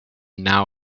now